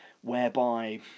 whereby